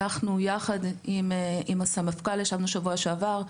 אנחנו ישבנו עם הסמפכ"ל בשבוע שעבר.